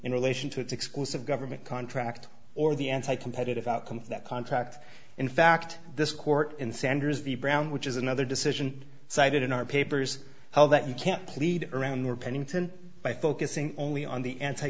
in relation to its exclusive government contract or the anti competitive outcome of that contract in fact this court in sanders v brown which is another decision cited in our papers how that you can't plead around their pennington by focusing only on the anti